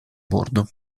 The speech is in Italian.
bordo